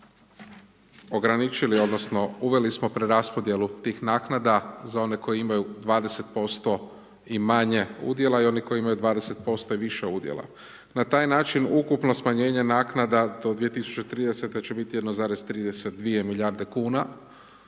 uveli smo preraspodjelu tih naknada za one koji imaju 20% i manje udjela i oni koji imaju 20% i više udjela. Na taj način ukupno smanjenje naknada do 2030. će biti 1,32 milijarde kuna